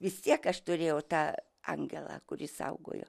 vis tiek aš turėjau tą angelą kuris saugojo